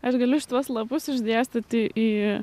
aš galiu šituos lapus išdėstyti į